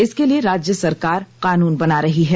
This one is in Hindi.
इसके लिए राज्य सरकार कानून बना रही है